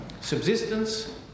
subsistence